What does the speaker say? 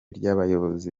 ry’abayobozi